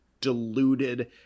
deluded